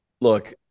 look